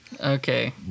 okay